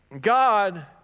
God